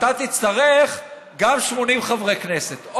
אתה תצטרך גם 80 חברי כנסת.